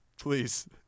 Please